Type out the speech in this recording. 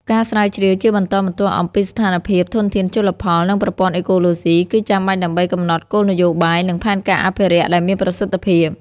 ការស្រាវជ្រាវជាបន្តបន្ទាប់អំពីស្ថានភាពធនធានជលផល និងប្រព័ន្ធអេកូឡូស៊ី គឺចាំបាច់ដើម្បីកំណត់គោលនយោបាយ និងផែនការអភិរក្សដែលមានប្រសិទ្ធភាព។